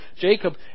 Jacob